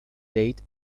date